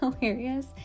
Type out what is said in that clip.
hilarious